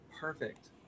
perfect